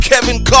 Kevin